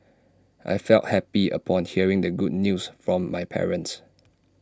I felt happy upon hearing the good news from my parents